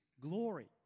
glory